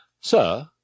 sir